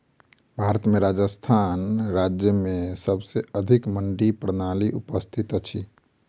भारत में राजस्थान राज्य में सबसे अधिक मंडी प्रणाली उपस्थित अछि